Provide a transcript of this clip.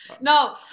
no